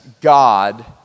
God